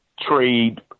trade